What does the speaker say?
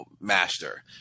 master